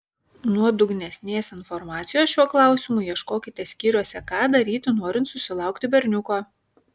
nuodugnesnės informacijos šiuo klausimu ieškokite skyriuose ką daryti norint susilaukti berniuko